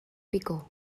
picó